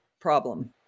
problem